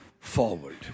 forward